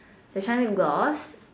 the shine lip gloss